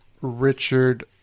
Richard